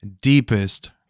deepest